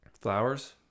Flowers